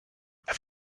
have